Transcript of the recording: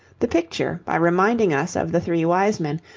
the picture, by reminding us of the three wise men,